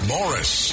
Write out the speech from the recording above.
Morris